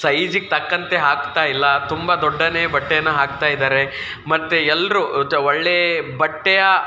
ಸೈಜಿಗೆ ತಕ್ಕಂತೆ ಹಾಕ್ತಾ ಇಲ್ಲ ತುಂಬ ದೊಡ್ಡ ಬಟ್ಟೆಯನ್ನು ಹಾಕ್ತಾ ಇದ್ದಾರೆ ಮತ್ತು ಎಲ್ಲರೂ ಒಳ್ಳೆಯ ಬಟ್ಟೆಯ